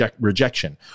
rejection